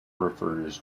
refers